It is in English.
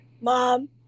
mom